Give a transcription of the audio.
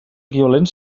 equivalent